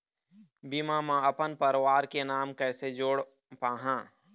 बीमा म अपन परवार के नाम कैसे जोड़ पाहां?